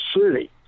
city